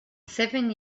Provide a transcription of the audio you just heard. seven